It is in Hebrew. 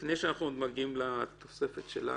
עוד לפני שאנחנו מגיעים לתוספת שלנו,